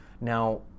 Now